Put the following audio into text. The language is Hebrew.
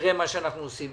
נראה מה שאנחנו עושים.